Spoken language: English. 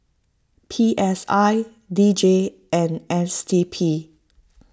P S I D J and S D P